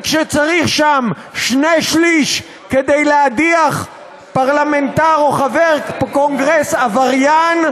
וכשצריך שם שני-שלישים כדי להדיח פרלמנטר או חבר קונגרס עבריין,